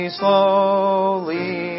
slowly